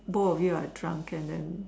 both of you are drunk and then